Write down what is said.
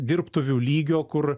dirbtuvių lygio kur